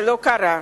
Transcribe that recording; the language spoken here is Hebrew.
זה לא קרה.